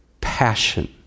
passion